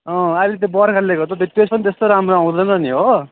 अहिले त त्यो बर्खाले गर्दा टेस्ट पनि त्यस्तो राम्रो आउँदैन नि हो